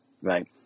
right